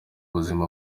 buzima